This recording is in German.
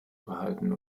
behalten